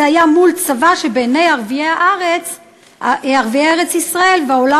זה היה מול צבא שבעיני ערביי ארץ-ישראל והעולם